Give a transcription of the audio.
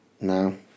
No